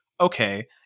okay